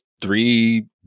three